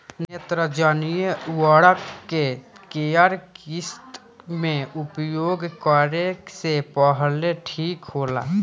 नेत्रजनीय उर्वरक के केय किस्त मे उपयोग करे से फसल ठीक होला?